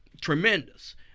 tremendous